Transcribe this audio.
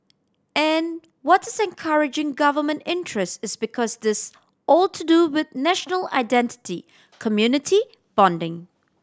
and what is encouraging Government interest is because this all to do with national identity community bonding